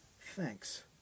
thanks